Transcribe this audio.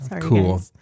Cool